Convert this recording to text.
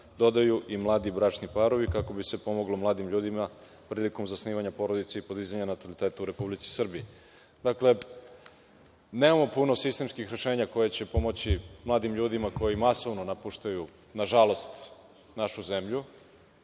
dodaju i mladi bračni parovi, kako bi se pomoglo mladim ljudima prilikom zasnivanja porodice i podizanja natalitetu Republici Srbiji. Nemamo puno sistemskih rešenja koja će pomoći mladim ljudima koji masovno napuštaju, nažalost, našu zemlju.